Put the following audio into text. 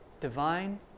divine